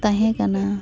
ᱛᱟᱦᱮᱸ ᱠᱟᱱᱟ